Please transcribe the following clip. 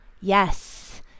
yes